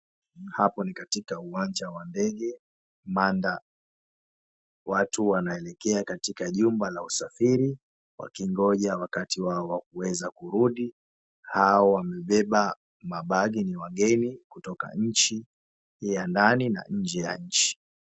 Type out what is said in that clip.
Hapa ni katika uwanja wa ndege Manda, watu wanaelekea kwenye jumba la usafiri, wakigonja wakati wao wakuweza kurudi. Hao wamebeba mabagi ni wageni kutoka nchi ya ndani na nje ya nchi.